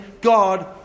God